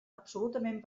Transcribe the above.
absolutament